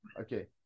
Okay